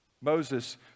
Moses